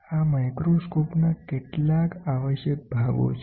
આ માઇક્રોસ્કોપના કેટલાક આવશ્યક ભાગો છે